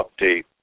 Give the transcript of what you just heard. update